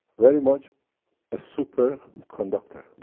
very much a super conductor.